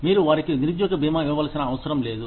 మీరు వారికి నిరుద్యోగ బీమా ఇవ్వవలసిన అవసరం లేదు